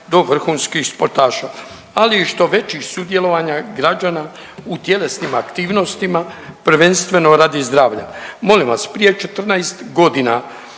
do vrhunskih sportaša, ali i što većih sudjelovanja građana u tjelesnim aktivnostima, prvenstveno radi zdravlja. Molim vas prije 14 godina